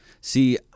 See